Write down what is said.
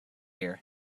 deer